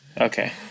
Okay